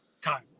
time